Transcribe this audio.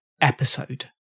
episode